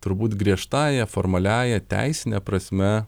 turbūt griežtąja formaliąja teisine prasme